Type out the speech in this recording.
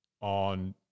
on